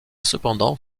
cependant